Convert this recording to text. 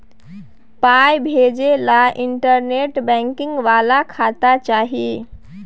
पाय भेजय लए इंटरनेट बैंकिंग बला खाता चाही